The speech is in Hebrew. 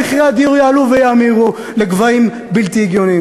מחירי הדיור שלו יעלו ויאמירו לגבהים בלתי הגיוניים.